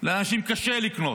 לאנשים קשה לקנות,